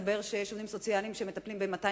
והתברר שיש עובדים סוציאליים שמטפלים ב-250